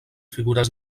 figures